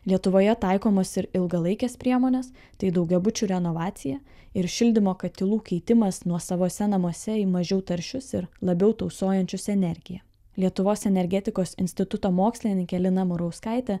lietuvoje taikomos ir ilgalaikės priemonės tai daugiabučių renovacija ir šildymo katilų keitimas nuosavuose namuose į mažiau taršius ir labiau tausojančius energiją lietuvos energetikos instituto mokslininkė lina murauskaitė